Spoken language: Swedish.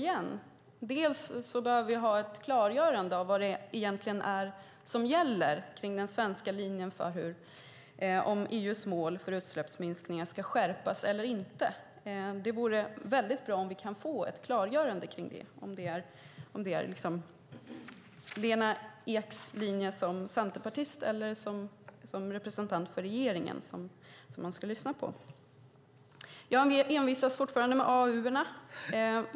Det vore väldigt bra om vi kunde få ett klargörande av vad den svenska linjen egentligen är, om EU:s mål för utsläppsminskningar ska skärpas eller inte. Är det Lena Eks linje som centerpartist eller som representant för regeringen som man ska lyssna på? Jag envisas fortfarande med AAU:erna.